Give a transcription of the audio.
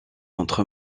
entre